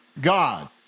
God